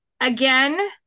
again